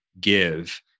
give